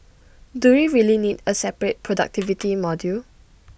do we really need A separate productivity module